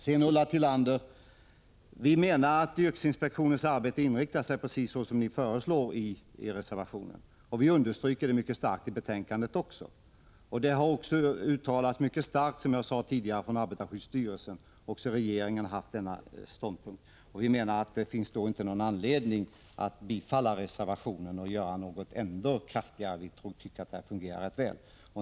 Till Ulla Tillander vill jag säga att yrkesinspektionens arbete är inriktat precis på det sätt som ni föreslår i reservationen. Vi understryker det mycket starkt i betänkandet. Arbetarskyddsstyrelsen har mycket kraftigt uttalat detta, som jag sade tidigare, och även regeringen har intagit denna ståndpunkt. Det finns därför ingen anledning att bifalla reservationen, eftersom det fungerar rätt väl.